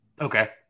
Okay